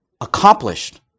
accomplished